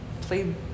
played